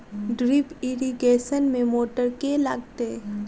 Drip irrigation मे motor केँ लागतै?